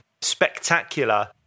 spectacular